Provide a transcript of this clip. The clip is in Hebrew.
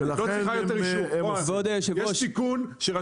יש תיקון שאומר,